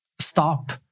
stop